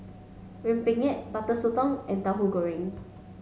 Rempeyek butter Sotong and Tahu Goreng